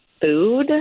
food